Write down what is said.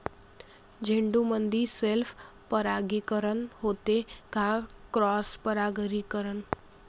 झेंडूमंदी सेल्फ परागीकरन होते का क्रॉस परागीकरन?